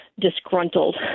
disgruntled